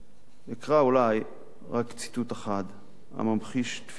אני אקרא אולי רק ציטוט אחד הממחיש תפיסה זאת: